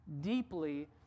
deeply